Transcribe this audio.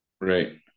Right